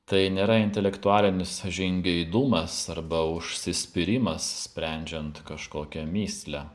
tai nėra intelektualinis žingeidumas arba užsispyrimas sprendžiant kažkokią mįslę